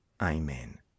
Amen